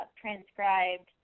transcribed